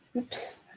oops.